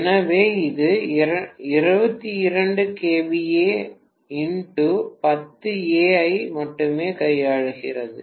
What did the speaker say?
எனவே இது 22 kVA x10A ஐ மட்டுமே கையாளுகிறது